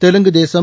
Telugu Desam